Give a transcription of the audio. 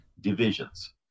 divisions